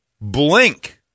blink